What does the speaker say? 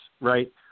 right